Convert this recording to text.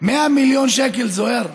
100 מיליון שקל, זוהיר,